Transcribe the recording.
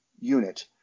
unit